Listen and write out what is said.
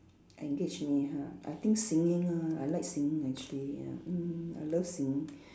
engage me ha I think singing ah I like singing actually ya mm I love singing